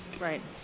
Right